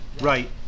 Right